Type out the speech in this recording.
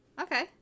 Okay